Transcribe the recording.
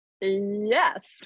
Yes